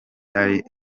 ari